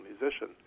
musician